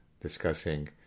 discussing